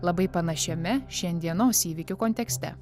labai panašiame šiandienos įvykių kontekste